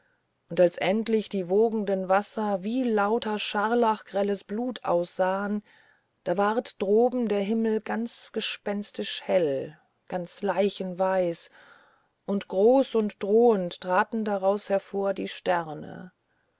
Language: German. und als endlich die wogenden wasser wie lauter scharlachgrelles blut aussahen da ward droben der himmel ganz gespenstischhell ganz leichenweiß und groß und drohend traten daraus hervor die sterne